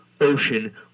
ocean